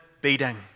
beating